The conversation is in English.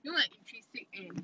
you know like intrinsic and